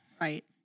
Right